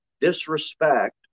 disrespect